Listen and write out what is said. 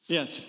Yes